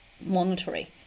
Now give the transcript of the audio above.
monetary